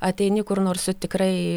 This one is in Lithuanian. ateini kur nors su tikrai